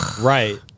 Right